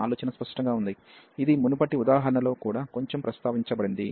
ఆలోచన స్పష్టంగా ఉంది ఇది మునుపటి ఉదాహరణలో కూడా కొంచెం ప్రస్తావించబడింది